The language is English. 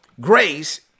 grace